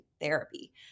therapy